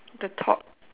the top